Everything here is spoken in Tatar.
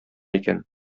икән